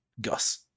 Gus